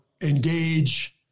engage